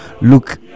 look